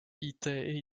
ehitus